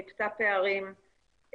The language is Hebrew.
מיפתה פערים,